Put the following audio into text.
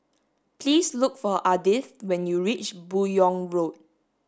please look for Ardith when you reach Buyong Road